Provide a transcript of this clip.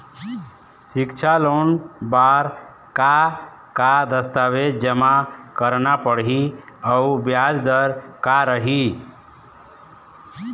सिक्छा लोन बार का का दस्तावेज जमा करना पढ़ही अउ ब्याज दर का रही?